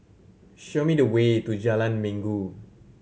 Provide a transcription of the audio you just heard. show me the way to Jalan Minggu